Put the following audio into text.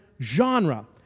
genre